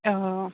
অঁ